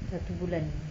satu bulan